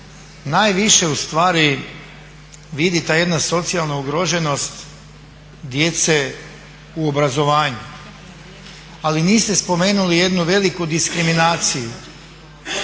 najviše ustvari vidi ta jedna socijalna ugroženost djece u obrazovanju, ali niste spomenuli jednu veliku diskriminaciju.